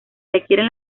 requieren